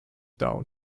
dow